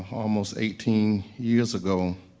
almost eighteen years ago,